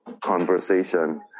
conversation